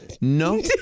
No